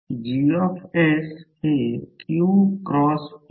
आणि min length कशी घ्यावी